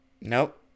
Nope